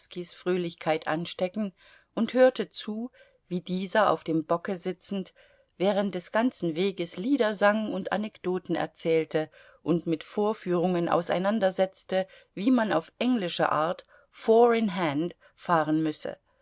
fröhlichkeit anstecken und hörte zu wie dieser auf dem bocke sitzend während des ganzen weges lieder sang und anekdoten erzählte und mit vorführungen auseinandersetzte wie man auf englische art four in hand fahren müsse